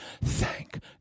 Thank